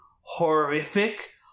horrific